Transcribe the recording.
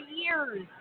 years